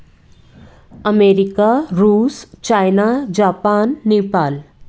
America रूस China Japan Nepal